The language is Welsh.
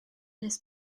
nes